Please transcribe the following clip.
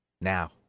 Now